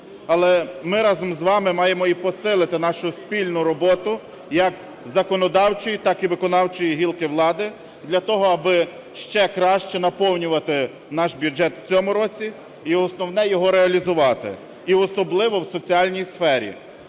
Але ми разом з вами маємо і посилити нашу спільну роботу як законодавчої, так і виконавчої гілки влади для того, аби ще краще наповнювати наш бюджет в цьому році і, основне, його реалізувати, і особливо в соціальній сфері.